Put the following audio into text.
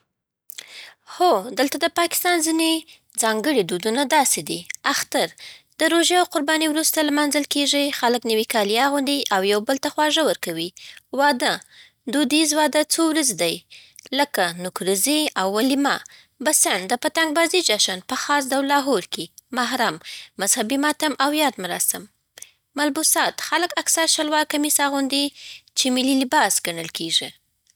هو، دلته د پاکستان ځینې ځانګړي دودونه داسی دی: اختر د روژې او قربانۍ وروسته لمانځل کېږي، خلک نوي کالي اغوندي او یو بل ته خواږه ورکوي. واده دودیز واده څو ورځې وي، لکه نوکریزی او ولیمه. بسنت د پتنگ‌بازۍ جشن، په خاص ډول لاهور کې. محرم مذهبي ماتم او یاد مراسم. ملبوسات خلک اکثره شلوار قمیص اغوندي، چې ملي لباس ګڼل کېږي.